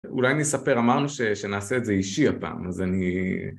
אולי נספר, אמרנו שנעשה את זה אישי הפעם, אז אני...